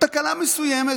תקלה מסוימת.